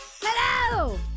Hello